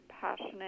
passionate